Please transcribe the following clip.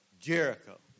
Jericho